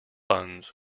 buns